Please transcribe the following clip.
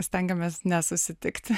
stengiamės nesusitikti